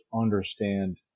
understand